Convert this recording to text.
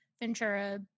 Ventura